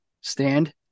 stand